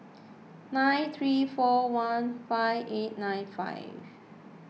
nine three four one five eight nine five